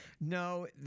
No